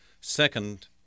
Second